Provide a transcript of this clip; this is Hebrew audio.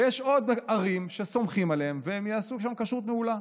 ויש עוד ערים שבהן סומכים עליהם והם יעשו שם כשרות מעולה.